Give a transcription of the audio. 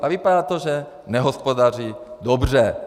A vypadá to, že nehospodaří dobře.